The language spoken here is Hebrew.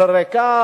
מרקע